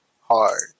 hard